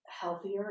healthier